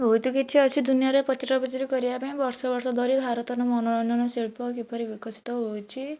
ବହୁତ କିଛି ଅଛି ଦୁନିଆରେ ପଚରା ପଚରି କରିବା ପାଇଁ ବର୍ଷ ବର୍ଷ ଧରି ଭାରତର ମନୋରଞ୍ଜନ ଶିଳ୍ପ କିପରି ବିକଶିତ ହେଉଛି